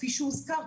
כפי שהוזכר,